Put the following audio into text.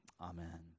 Amen